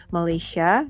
Malaysia